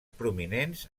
prominents